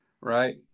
right